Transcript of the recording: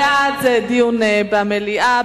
בעד, דיון במליאה,